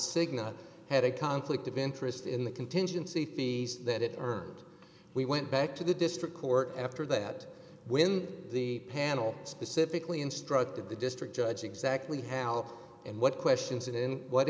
cigna had a conflict of interest in the contingency fees that it earned we went back to the district court after that when the panel specifically instructed the district judge exactly how and what questions and in what